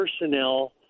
personnel